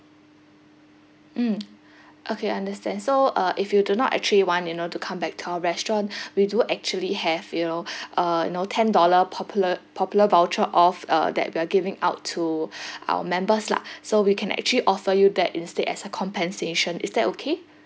mm okay understand so uh if you do not actually want you know to come back to our restaurant we do actually have you know uh you know ten dollar popular popular voucher off uh that we are giving out to our members lah so we can actually offer you that instead as a compensation is that okay